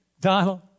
Donald